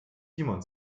simon